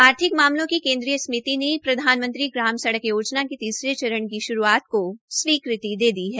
आर्थिक मामलों की केन्द्रीय समिति ने प्रधानमंत्री प्रधानमंत्री ग्राम सड़क योजना के तीसरे चरण की श्रूआत को स्वीकृति दे दी है